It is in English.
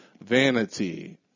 vanity